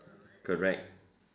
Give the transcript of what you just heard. correct